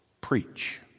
preach